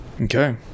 Okay